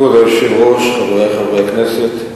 כבוד היושב-ראש, חברי חברי הכנסת,